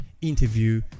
interview